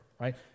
right